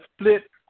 split